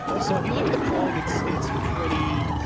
so if you look at the polling, it's it's pretty,